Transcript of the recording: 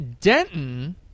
Denton